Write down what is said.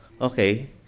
Okay